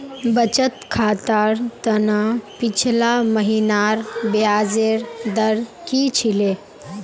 बचत खातर त न पिछला महिनार ब्याजेर दर की छिले